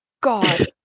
god